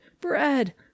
Bread